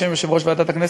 בשם יושב-ראש ועדת הכנסת,